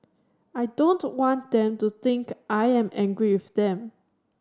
I don't want them to think I am angry with them